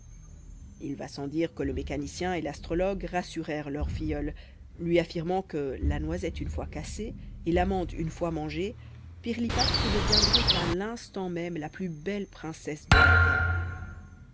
il va sans dire que le mécanicien et l'astrologue rassurèrent leur filleul lui affirmant que la noisette une fois cassée et l'amande une fois mangée pirlipate redeviendrait à l'instant même la plus belle princesse de la terre